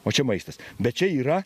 o čia maistas bet čia yra